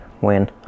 win